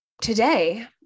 today